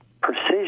precision